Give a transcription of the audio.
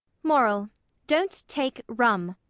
moral don't take rum.